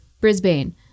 Brisbane